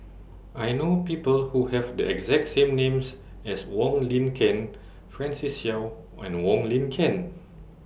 I know People Who Have The exact name as Wong Lin Ken Francis Seow and Wong Lin Ken